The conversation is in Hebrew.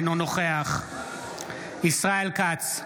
אינו נוכח ישראל כץ,